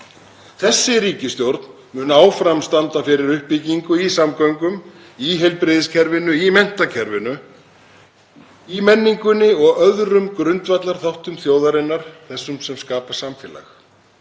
Þessi ríkisstjórn mun áfram standa fyrir uppbyggingu í samgöngum, í heilbrigðiskerfinu, í menntakerfinu, í menningunni og öðrum grundvallarþáttum þjóðarinnar, þessum sem skapa samfélag.